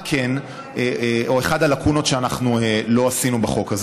מהי אחת הלקונות שאנחנו לא סגרנו בחוק הזה?